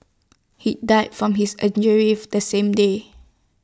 he died from his injuries of the same day